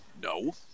No